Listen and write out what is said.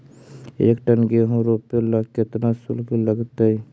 एक टन गेहूं रोपेला केतना शुल्क लगतई?